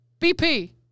BP